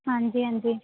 ਹਾਂਜੀ ਹਾਂਜੀ